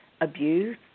abuse